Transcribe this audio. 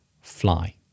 Fly